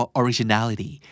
originality